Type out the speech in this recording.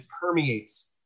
permeates